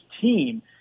team